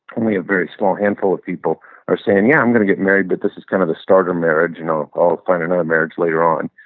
only a very small handful of people are saying, yeah, i'm going to get married but this is kind of the starter marriage and i'll find another marriage later on.